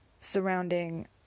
surrounding